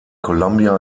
columbia